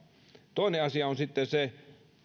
toinen asia on sitten se